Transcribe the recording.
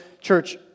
church